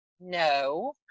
no